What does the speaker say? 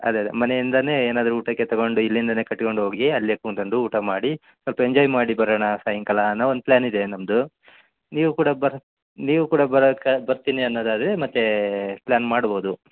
ಅದೆ ಅದೇ ಮನೆಯಿಂದನೇ ಏನಾದರು ಊಟಕ್ಕೆ ತಗೊಂಡು ಇಲ್ಲಿಂದನೆ ಕಟ್ಕೊಂಡು ಹೋಗಿ ಅಲ್ಲೆ ಕೂತ್ಕಂಡು ಊಟ ಮಾಡಿ ಸ್ವಲ್ಪ ಎಂಜಾಯ್ ಮಾಡಿ ಬರೋಣ ಸಾಯಂಕಾಲ ಅನ್ನೋ ಒಂದು ಪ್ಲ್ಯಾನ್ ಇದೆ ನಮ್ಮದು ನೀವು ಕೂಡ ಬರಾಕೆ ನೀವು ಕೂಡ ಬರಾಕೆ ಬರ್ತೀನಿ ಅನ್ನೋದಾದರೆ ಮತ್ತೆ ಪ್ಲ್ಯಾನ್ ಮಾಡ್ಬೋದು